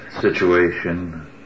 situation